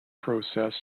process